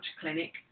clinic